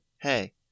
hey